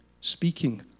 speaking